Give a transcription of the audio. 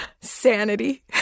sanity